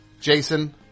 Jason